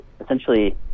essentially